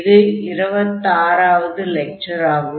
இது 26 வது லெக்சர் ஆகும்